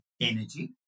energy